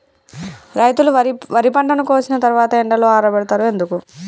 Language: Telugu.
రైతులు వరి పంటను కోసిన తర్వాత ఎండలో ఆరబెడుతరు ఎందుకు?